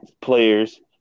players